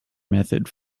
method